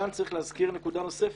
כאן צריך להזכיר נקודה נוספת.